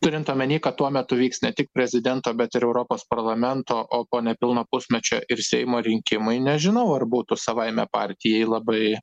turint omenyj kad tuo metu vyks ne tik prezidento bet ir europos parlamento o po nepilno pusmečio ir seimo rinkimai nežinau ar būtų savaime partijai labai